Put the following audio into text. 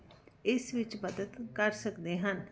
ਇਸ ਵਿੱਚ ਮਦਦ ਕਰ ਸਕਦੇ ਹਨ